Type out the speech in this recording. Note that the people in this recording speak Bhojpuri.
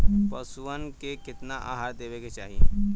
पशुअन के केतना आहार देवे के चाही?